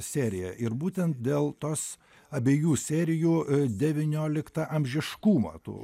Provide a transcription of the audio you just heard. serija ir būtent dėl tos abiejų serijų devynioliktaamžiškumą tų